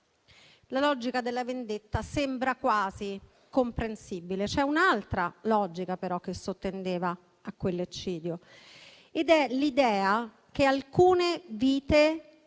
in un contesto di guerra sembra quasi comprensibile. C'è un'altra logica, però, che sottendeva a quell'eccidio ed è l'idea che alcune vite